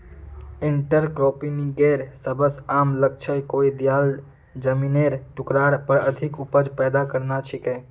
इंटरक्रॉपिंगेर सबस आम लक्ष्य कोई दियाल जमिनेर टुकरार पर अधिक उपज पैदा करना छिके